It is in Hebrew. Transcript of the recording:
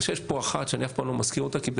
יש פה אחת שאני אף פעם לא מזכיר אותה כי היא